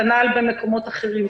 כנ"ל במקומות אחרים.